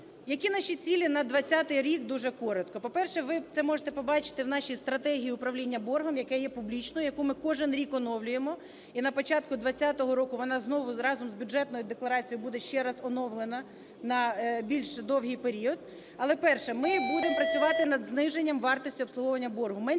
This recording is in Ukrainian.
Які наші цілі на 20-й рік, дуже коротко. По-перше, ви це можете побачити в нашій стратегії управління боргом, яка є публічною, яку ми кожен оновлюємо. І на початку 20-го року вона знову разом з бюджетною декларацією буде ще раз оновлена на більш довгий період. Але, перше: ми будемо працювати над зниженням вартості обслуговування боргу,